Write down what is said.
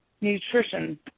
nutrition